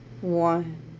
One